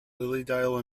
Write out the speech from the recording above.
lilydale